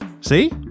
See